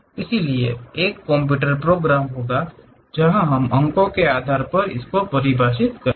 इसलिए एक computer program होगा जहां हम अंकों के आधार पर परिभाषित करेंगे